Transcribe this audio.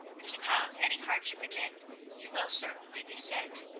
if you have any hardship again you will certainly be sick.